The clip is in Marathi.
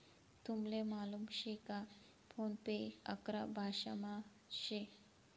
तुमले मालूम शे का फोन पे अकरा भाषांसमा शे